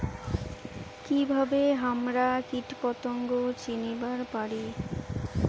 কিভাবে হামরা কীটপতঙ্গ চিনিবার পারি?